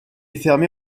fermée